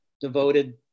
devoted